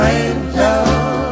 angel